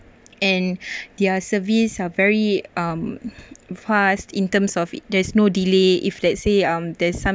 and their service are very um fast in terms of there's no delay if let's say um there's some